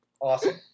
Awesome